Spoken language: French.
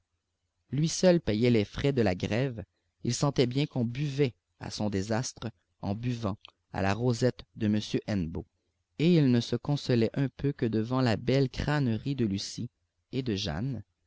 lui seul payait les frais de la grève il sentait bien qu'on buvait à son désastre en buvant à la rosette de m hennebeau et il ne se consolait un peu que devant la belle crânerie de lucie et de jeanne